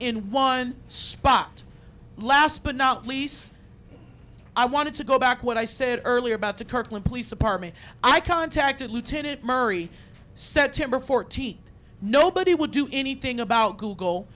in one spot last but not least i want to go back what i said earlier about the kirkland police department i contacted lieutenant murray september fourteenth nobody would do anything about google